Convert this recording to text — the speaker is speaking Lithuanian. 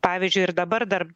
pavyzdžiui ir dabar dar